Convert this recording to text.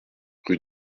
rue